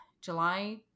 July